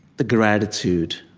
the gratitude